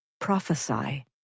Prophesy